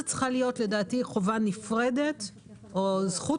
לדעתי זו צריכה להיות חובה נפרדת או זכות